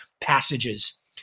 passages